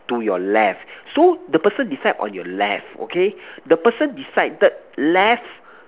to your left so the person decide on your left okay the person decided left